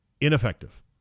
ineffective